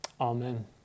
Amen